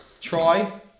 try